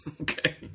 Okay